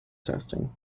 testing